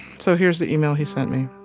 so here's the email he sent me.